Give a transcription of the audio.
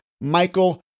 Michael